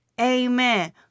Amen